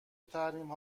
تحریم